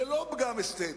זה לא פגם אסתטי.